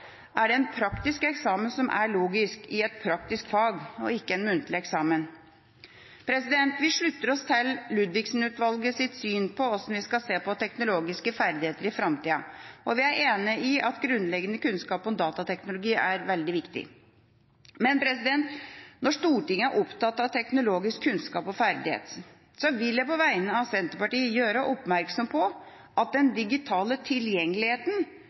er det en praktisk eksamen som er logisk i et praktisk fag, ikke en muntlig eksamen. Vi slutter oss til Ludvigsen-utvalgets syn på hvordan vi skal se på teknologiske ferdigheter i framtida, og vi er enig i at grunnleggende kunnskap om datateknologi er veldig viktig. Men når Stortinget er opptatt av teknologisk kunnskap og teknologiske ferdigheter, vil jeg på vegne av Senterpartiet gjøre oppmerksom på at den digitale tilgjengeligheten